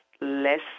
less